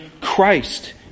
Christ